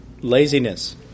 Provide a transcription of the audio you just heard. Laziness